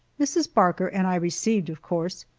mrs. barker and i received, of course,